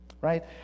right